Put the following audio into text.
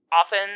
often